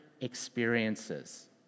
experiences